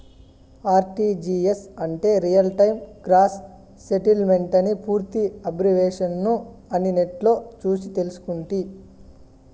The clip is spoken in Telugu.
ఆర్టీజీయస్ అంటే రియల్ టైమ్ గ్రాస్ సెటిల్మెంటని పూర్తి ఎబ్రివేషను అని నెట్లో సూసి తెల్సుకుంటి